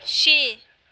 छे